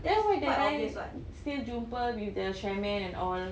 then why the guy still jumpa with the shermaine and all